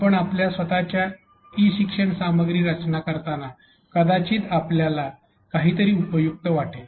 आपण आपल्या स्वत च्या ई शिक्षण सामग्रीची रचना करताना कदाचित आपल्याला काहीतरी उपयुक्त वाटेल